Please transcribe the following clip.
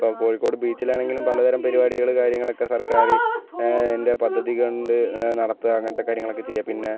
ഇപ്പോൾ കോഴിക്കോട് ബീച്ചിലാണെങ്കിലും പലതരം പരിപാടികള് കാര്യങ്ങളൊക്കെ സർക്കാര് ൻ്റെ പദ്ധതി കൊണ്ട് നടത്തുക അങ്ങനത്തെ കാര്യങ്ങളൊക്കെ ചെയ്യുക പിന്നെ